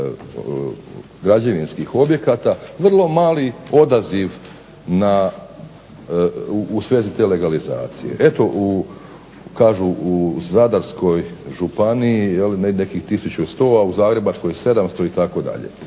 građevinskih objekata vrlo mali odaziv u svezi te legalizacije. Eto u Zadarskoj županiji nekih 1100 a u Zagrebačkoj 700 itd., iako